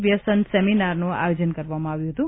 વ્યસન સેમિનારનું આયોજન કરવામાં આવ્યું હતું